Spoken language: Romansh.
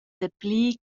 dapli